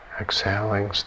exhaling